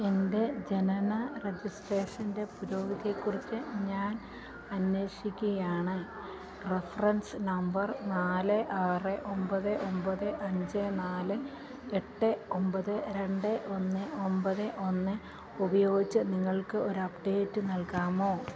എൻ്റെ ജനന രജിസ്ട്രേഷൻ്റെ പുരോഗതിയെക്കുറിച്ച് ഞാൻ അന്വേഷിക്കുകയാണ് റഫറൻസ് നമ്പർ നാല് ആറ് ഒമ്പത് ഒമ്പത് അഞ്ച് നാല് എട്ട് ഒമ്പത് രണ്ട് ഒന്ന് ഒമ്പത് ഒന്ന് ഉപയോഗിച്ച് നിങ്ങൾക്ക് ഒരു അപ്ഡേറ്റ് നൽകാമോ